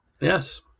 Yes